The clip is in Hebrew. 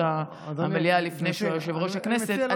המליאה לפני שהיה יושב-ראש הכנסת,